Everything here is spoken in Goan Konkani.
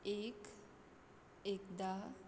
एक एकदां